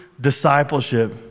discipleship